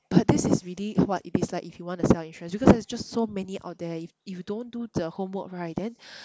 but this is really what it is like if you want to sell insurance because there's just so many out there if if you don't do the homework right then